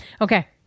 Okay